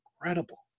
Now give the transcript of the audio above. incredible